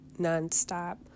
nonstop